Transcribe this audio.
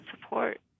support